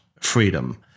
freedom